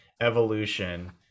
evolution